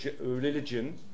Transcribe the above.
religion